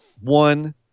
One